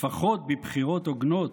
לפחות בבחירות הוגנות,